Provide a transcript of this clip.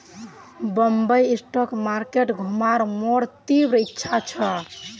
Bombay stock market घुमवार मोर तीव्र इच्छा छ